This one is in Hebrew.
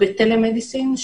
במזרקים כן.